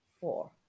Four